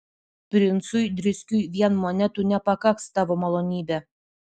princui driskiui vien monetų nepakaks tavo malonybe